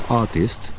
artist